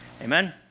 Amen